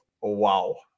wow